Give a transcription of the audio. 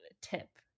tip